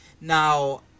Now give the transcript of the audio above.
now